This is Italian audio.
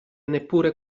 neppure